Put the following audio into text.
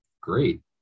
great